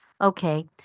Okay